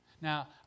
Now